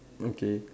okay